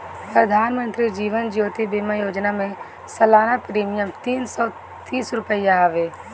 प्रधानमंत्री जीवन ज्योति बीमा योजना में सलाना प्रीमियम तीन सौ तीस रुपिया हवे